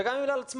וגם בגלל עצמם.